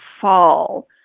fall